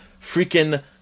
freaking